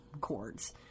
chords